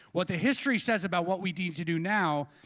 what the history says about what we need to do now,